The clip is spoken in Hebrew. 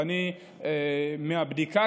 ומבדיקה,